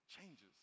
changes